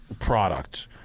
product